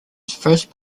first